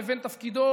לבין תפקידו